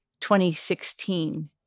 2016